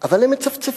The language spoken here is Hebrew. אבל הם מצפצפים.